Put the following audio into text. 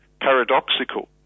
paradoxical